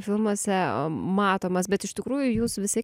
filmuose matomas bet iš tikrųjų jūs visi